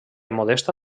modesta